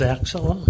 Axel